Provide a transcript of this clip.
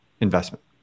investment